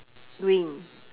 green